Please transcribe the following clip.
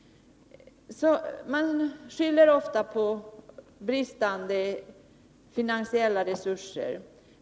Det skylls ofta på bristande finansiella resurser.